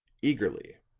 eagerly.